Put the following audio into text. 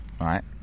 right